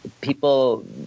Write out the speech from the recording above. People